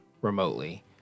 remotely